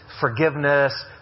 forgiveness